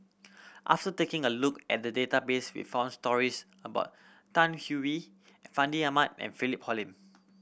after taking a look at the database we found stories about Tan Hwee Fandi Ahmad and Philip Hoalim